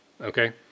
okay